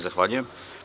Zahvaljujem.